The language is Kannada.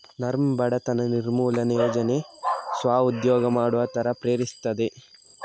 ನರ್ಮ್ ಬಡತನ ನಿರ್ಮೂಲನೆ ಯೋಜನೆ ಸ್ವ ಉದ್ಯೋಗ ಮಾಡುವ ತರ ಪ್ರೇರೇಪಿಸ್ತದೆ